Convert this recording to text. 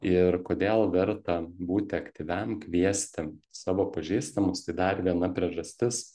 ir kodėl verta būti aktyviam kviesti savo pažįstamus tai dar viena priežastis